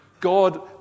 God